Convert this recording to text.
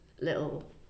little